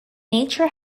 nature